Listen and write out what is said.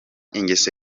ingeso